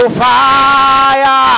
fire